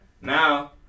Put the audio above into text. now